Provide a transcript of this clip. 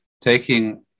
taking